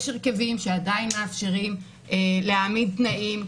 יש הרכבים שעדיין מאפשרים להעמיד תנאים,